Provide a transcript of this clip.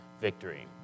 victory